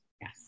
yes